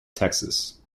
texas